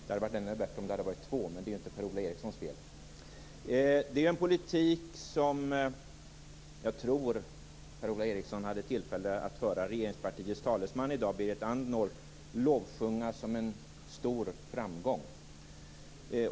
Det hade varit ännu bättre om det hade varit två, men det är ju inte Per Den politiken tror jag att Per-Ola Eriksson i dag hade tillfälle att höra regeringspartiets talesman, Berit Andnor, lovsjunga som en stor framgång.